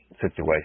situation